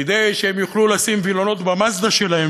כדי שהם יוכלו לשים וילונות ב"מאזדה" שלהם,